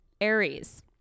Aries